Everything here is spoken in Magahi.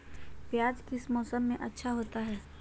प्याज किस मौसम में अच्छा होता है?